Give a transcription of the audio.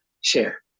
share